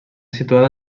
situada